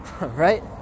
right